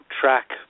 track